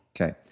Okay